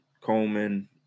Coleman